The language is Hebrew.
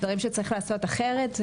דברים שצריך לעשות אחרת,